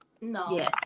no